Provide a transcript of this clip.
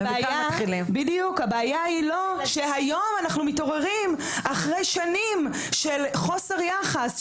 הבעיה היא לא שהיום אנחנו מתעוררים אחרי שנים של חוסר יחס,